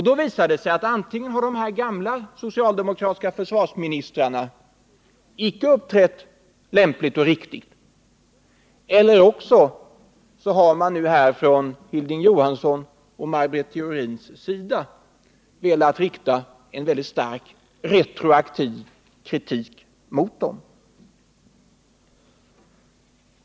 Då visar det sig att antingen har de här gamla socialdemokratiska försvarsministrarna icke uppträtt lämpligt och riktigt eller också har Hilding Johansson och Maj Britt Theorin velat rikta en mycket stark retroaktiv kritik mot dem.